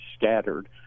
scattered